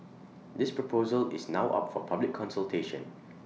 this proposal is now up for public consultation